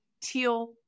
teal